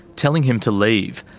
telling him to leave,